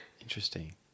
Interesting